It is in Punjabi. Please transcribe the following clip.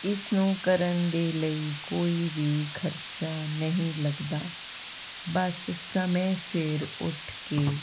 ਇਸ ਨੂੰ ਕਰਨ ਦੇ ਲਈ ਕੋਈ ਵੀ ਖਰਚਾ ਨਹੀਂ ਲੱਗਦਾ ਬਸ ਸਮੇਂ ਸਿਰ ਉੱਠ ਕੇ